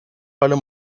palo